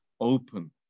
open